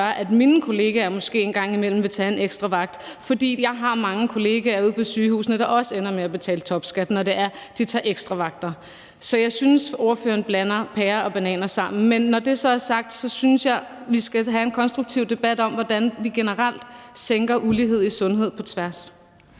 at mine kollegaer måske en gang imellem vil tage en ekstra vagt. For jeg har mange kollegaer ude på sygehusene, der også ender med at betale topskat, når de tager ekstravagter. Så jeg synes, spørgeren blander pærer og bananer sammen. Men når det så er sagt, synes jeg, vi skal have en konstruktiv debat om, hvordan vi generelt sænker ulighed i sundhed på tværs